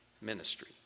ministry